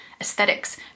aesthetics